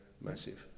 massive